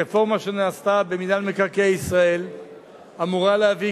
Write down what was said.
הרפורמה שנעשתה במינהל מקרקעי ישראל אמורה להביא,